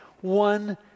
one